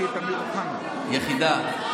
יחידה.